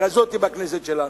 כזאת בכנסת שלנו.